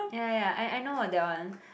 ya ya ya I I know of that one